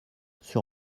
sur